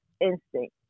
instinct